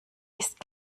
ist